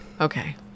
Okay